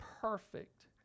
perfect